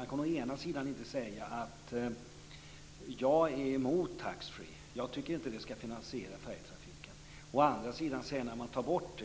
Det går inte att å ena sidan säga sig vara emot taxfree och inte tycka att det skall finansiera färjetrafiken, och å andra sidan säga när den skall tas bort